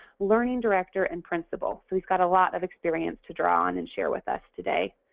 learning director and principal whose got a lot of experience to draw on and share with us today.